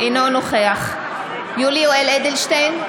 אינו נוכח יולי יואל אדלשטיין,